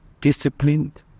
disciplined